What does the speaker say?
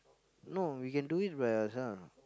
no we can do it by ourselves